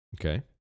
Okay